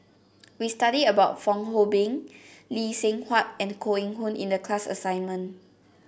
we studied about Fong Hoe Beng Lee Seng Huat and Koh Eng Hoon in the class assignment